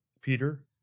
Peter